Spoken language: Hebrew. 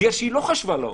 כי היא לא חשבה לעומק,